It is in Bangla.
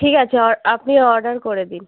ঠিক আছে অ আপনি অর্ডার করে দিন